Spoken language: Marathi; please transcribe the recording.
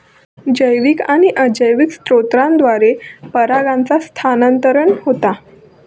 जैविक आणि अजैविक स्त्रोतांद्वारा परागांचा स्थानांतरण होता